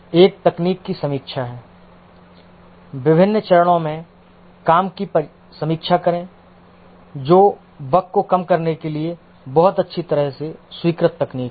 एक तकनीक की समीक्षा है विभिन्न चरणों में काम की समीक्षा करें जो बग को कम करने के लिए बहुत अच्छी तरह से स्वीकृत तकनीक है